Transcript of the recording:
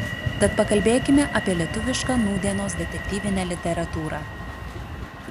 tad pakalbėkime apie lietuvišką nūdienos detektyvinę literatūrą